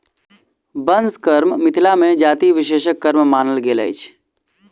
बंस कर्म मिथिला मे जाति विशेषक कर्म मानल गेल अछि